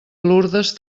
lurdes